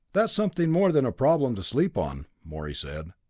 that's something more than a problem to sleep on, morey said.